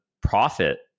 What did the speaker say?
profit